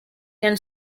can